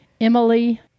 Emily